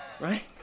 right